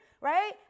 right